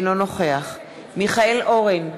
אינו נוכח מיכאל אורן,